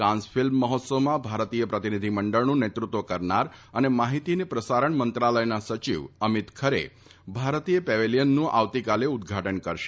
Cannes film મહોત્સવમાં ભારતીય પ્રતિનિધીમંડળનું નેતૃત્વ કરનાર અને માહિતી અને પ્રસારણ મંત્રાલયના સચિવ અમીત ખરે ભારતીય પેવેલીયનનું આવતીકાલે ઉદ્દઘાટન કરશે